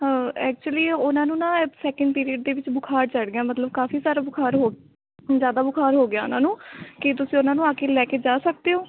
actually ਉਹਨਾਂ ਨੂੰ ਨਾ ਸੈਕਿੰਡ ਪੀਰੀਅਡ ਦੇ ਵਿੱਚ ਬੁਖਾਰ ਚੜ੍ਹ ਗਿਆ ਮਤਲਬ ਕਾਫੀ ਸਾਰਾ ਬੁਖਾਰ ਹੋ ਹਮ ਜ਼ਿਆਦਾ ਬੁਖਾਰ ਹੋ ਗਿਆ ਉਹਨਾਂ ਨੂੰ ਕੀ ਤੁਸੀਂ ਉਹਨਾਂ ਨੂੰ ਆ ਕੇ ਲੈ ਕੇ ਜਾ ਸਕਦੇ ਹੋ